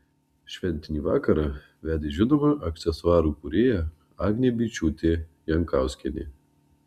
šventinį vakarą vedė žinoma aksesuarų kūrėja agnė byčiūtė jankauskienė